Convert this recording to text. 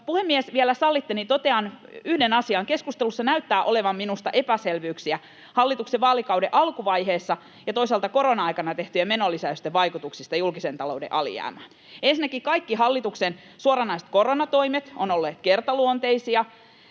puhemies, vielä sallitte, niin totean yhden asian: Keskustelussa näyttää olevan minusta epäselvyyksiä hallituksen vaalikauden alkuvaiheessa tekemien ja toisaalta korona-aikana tehtyjen menolisäysten vaikutuksista julkisen talouden alijäämään. Ensinnäkin kaikki hallituksen suoranaiset koronatoimet ovat olleet kertaluonteisia,